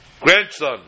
grandson